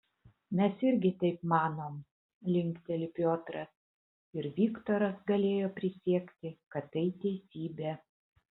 mes irgi taip manom linkteli piotras ir viktoras galėjo prisiekti kad tai teisybė